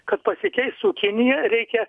kad pasikeistų kinija reikia